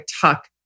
tuck